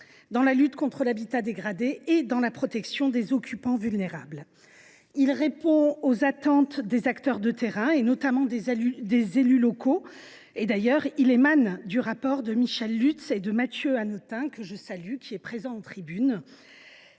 dans la lutte contre l’habitat dégradé et dans la protection des occupants vulnérables. Il répond aux attentes des acteurs de terrain, notamment des élus locaux ; d’ailleurs, il s’est inspiré du rapport de Michèle Lutz et de Mathieu Hanotin, qui est présent dans notre tribune